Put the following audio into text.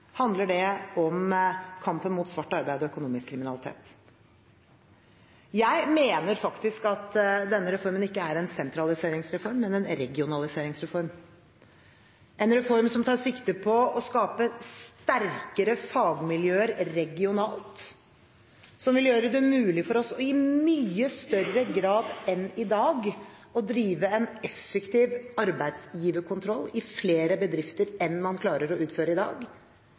handler det om kampen mot svart arbeid og økonomisk kriminalitet. Jeg mener faktisk at denne reformen ikke er en sentraliseringsreform, men en regionaliseringsreform, en reform som tar sikte på å skape sterkere fagmiljøer regionalt, som vil gjøre det mulig for oss – i mye større grad enn i dag – å drive en effektiv arbeidsgiverkontroll, som er et av de viktigste verktøyene skattemyndighetene har for å avdekke økonomisk kriminalitet, i